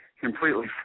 completely